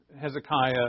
Hezekiah